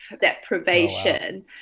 deprivation